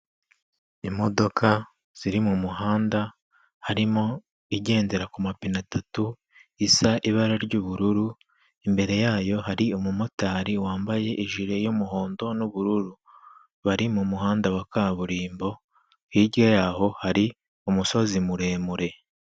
Imodoka ziri mu muhanda harimo igendera ku mapine atatu, isa ibara ry'ubururu, imbere yayo hari umumotari wambaye ijire y'umuhondo n'ubururu. Bari mu muhanda wa kaburimbo, hirya yaho hari umusozi muremure.